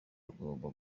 bagomba